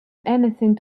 anything